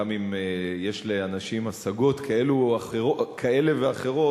גם אם יש לאנשים השגות כאלה ואחרות,